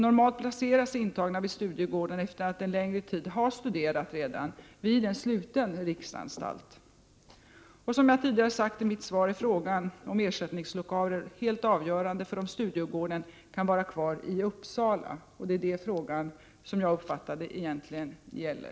Normalt placeras intagna vid Studiegården efter att ha studerat en längre tid vid en sluten riksanstalt. Som jag tidigare har sagt i mitt svar är frågan om ersättningslokaler helt avgörande för om Studiegården kan vara kvar i Uppsala. Det är detta frågan egentligen gäller, som jag har uppfattat det.